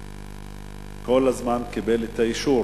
כל הזמן קיבל את האישור